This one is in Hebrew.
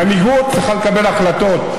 מנהיגות צריכה לקבל החלטות.